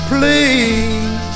Please